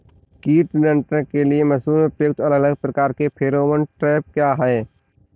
कीट नियंत्रण के लिए मसूर में प्रयुक्त अलग अलग प्रकार के फेरोमोन ट्रैप क्या है?